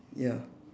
ya